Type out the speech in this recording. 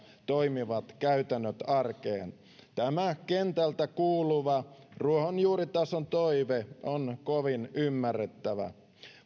toimivat käytännöt arkeen tämä kentältä kuuluva ruohonjuuritason toive on kovin ymmärrettävä